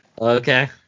okay